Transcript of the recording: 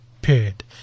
Period